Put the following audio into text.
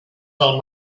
del